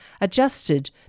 adjusted